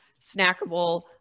snackable